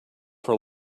for